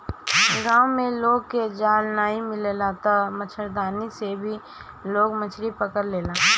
गांव में लोग के जाल नाइ मिलेला तअ मछरदानी से ही लोग मछरी पकड़ लेला